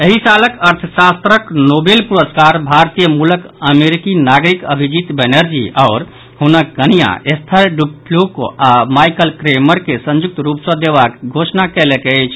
एहि सालक अर्थशास्त्रक नोबेल पुरस्कार भारतीय मूलक अमरिकी नागरिक अभिजीत बैनर्जी आओर हुनक कनिया एस्थर ड्यूफ्लो आ माइकल क्रेमर के संयुक्त रूप सॅ देबाक घोषणा कयल गेल अछि